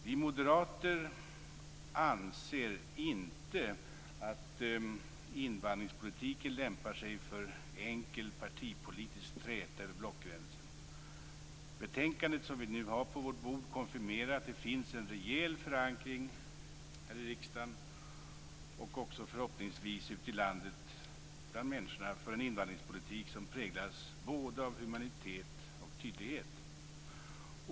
Vi moderater anser inte att invandringspolitiken lämpar sig för enkel partipolitisk träta över blockgränsen. Betänkandet som vi nu har på vårt bord konfirmerar att det finns en rejäl förankring här i riksdagen och också förhoppningsvis ute i landet bland människor för en invandringspolitik som präglas både av humanitet och av tydlighet.